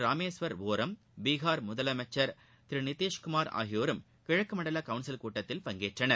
ராமேஸ்வர் வோரம் பீகார் முதலனமச்சர் திரு நிதிஷ்குமார் ஆகியோரும் கிழக்கு மண்டல கவுன்சில் கூட்டத்தில் பங்கேற்றனர்